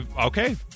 Okay